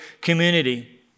community